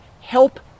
help